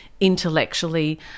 intellectually